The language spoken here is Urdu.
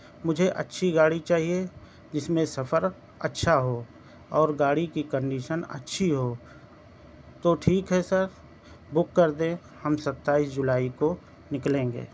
مجھے اچھی گاڑی چاہیے جس میں سفر اچھا ہو اور گاڑی کی کنڈیشن اچھی ہو تو ٹھیک ہے سر بک کردیں ہم ستائیس جولائی کو نکلیں گے